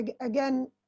again